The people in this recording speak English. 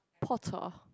Potter